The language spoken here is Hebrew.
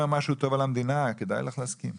משהו טוב על המדינה כדאי לך להסכים.